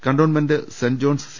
cantonment saint John's C